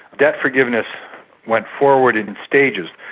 debt forgiveness went forward in stages.